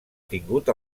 tingut